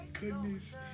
goodness